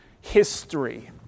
History